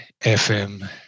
FM